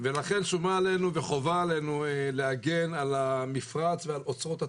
ולכן שומה עלינו וחובה עלינו להגן על המפרץ ועל אוצרות הטבע,